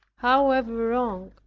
however wrong,